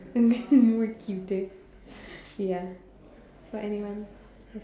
we're cutest ya for anyone